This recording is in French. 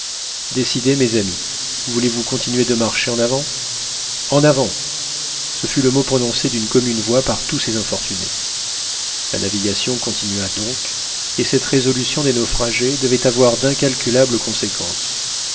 décidez mes amis voulez-vous continuer de marcher en avant en avant ce fut le mot prononcé d'une commune voix par tous ces infortunés la navigation continua donc et cette résolution des naufragés devait avoir d'incalculables conséquences